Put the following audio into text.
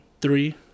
three